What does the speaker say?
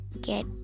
get